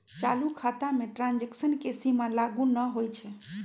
चालू खता में ट्रांजैक्शन के सीमा लागू न होइ छै